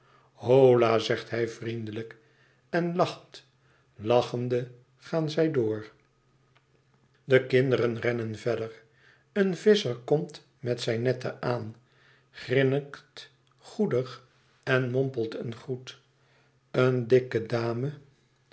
hola zegt hij vriendelijk en lacht lachende gaan zij door de kinderen rennen verder een visscher komt met zijn netten aan grinnikt goedig en mompelt een groet een dikke dame